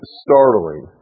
startling